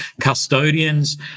custodians